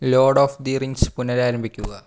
load of the Rings പുനരാരംഭിക്കുക